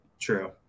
True